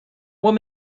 what